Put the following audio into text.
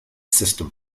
system